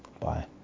bye